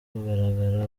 kugaragara